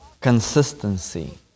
consistency